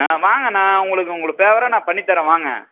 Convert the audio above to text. ஆ வாங்க நான் உங்களுக்கு உங்களுக்கு ஃபேவராக நான் பண்ணித்தரேன் வாங்க